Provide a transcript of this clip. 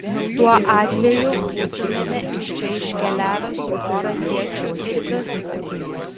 tuo atveju būtumėme iš čia iškeliavę su pora iečių ir viskas